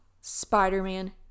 Spider-Man